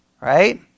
Right